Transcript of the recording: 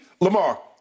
Lamar